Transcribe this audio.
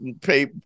pay